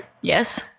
Yes